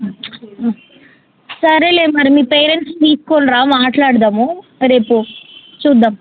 సరే మరి మీ పేరెంట్స్ని తీసుకునిరా మాట్లాడదాం రేపు చూ చూద్దాం